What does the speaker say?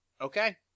Okay